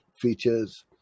features